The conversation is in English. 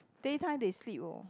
day time they sleep orh